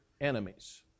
enemies